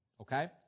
Okay